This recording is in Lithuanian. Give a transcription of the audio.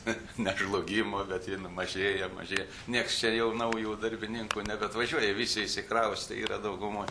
bet ne žlugimo bet ji mažėja mažėja nieks čia jau naujų darbininkų nebeatvažiuoja visi išsikraustę yra daugumoj